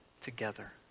together